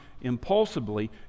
impulsively